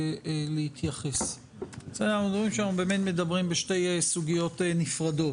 אנחנו מדברים בשתי סוגיות נפרדות.